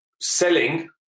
selling